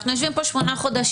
אנחנו יושבים פה שמונה חודשים,